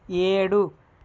ఏడు